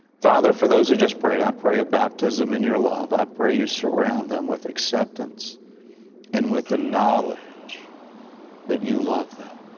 father, for those who just prayed, i pray a baptism in your love. i pray you surround them with acceptance and with the knowledge that you love them.